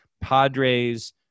Padres